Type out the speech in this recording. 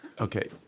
Okay